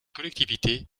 collectivités